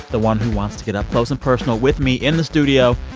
the one who wants to get up close and personal with me in the studio,